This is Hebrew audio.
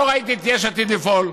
לא ראיתי את יש עתיד פועלת.